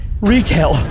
Retail